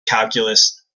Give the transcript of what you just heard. calculus